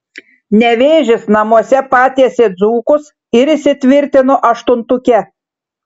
nevėžis namuose patiesė dzūkus ir įsitvirtino aštuntuke